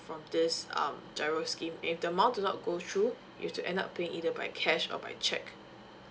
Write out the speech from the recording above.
from this um GIRO scheme if the amount do not go through you have to end up paying either by cash or by check